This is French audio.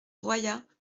royat